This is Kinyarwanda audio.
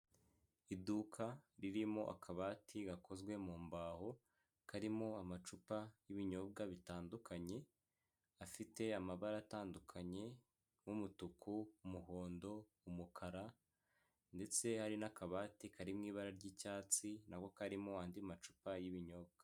Iduka ririmo akabati gakozwe mu mbaho karimo amacupa y'ibinyobwa bitandukanye, afite amabara atandukanye, nk'umutuku, umuhondo, umukara, ndetse hari n'akabati karimo ibara ry'icyatsi nako karimo andi macupa y'ibinyobwa.